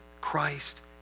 Christ